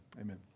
amen